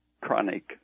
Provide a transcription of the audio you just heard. chronic